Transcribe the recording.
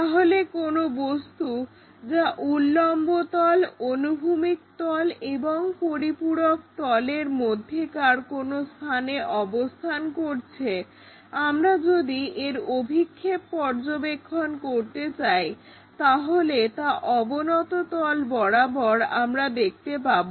তাহলে কোনো বস্তু যা উল্লম্ব তল অনুভূমিক তল এবং পরিপূরক তলের মধ্যেকার কোনো স্থানে অবস্থান করছে আমরা যদি এর অভিক্ষেপ পর্যবেক্ষণ করতে চাই তাহলে তা অবনত তল বরাবর আমরা দেখতে পাবো